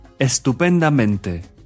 estupendamente